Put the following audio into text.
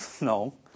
No